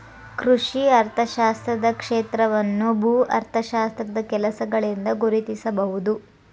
ಕೃಷಿ ಅರ್ಥಶಾಸ್ತ್ರದ ಕ್ಷೇತ್ರವನ್ನು ಭೂ ಅರ್ಥಶಾಸ್ತ್ರದ ಕೆಲಸಗಳಿಂದ ಗುರುತಿಸಬಹುದು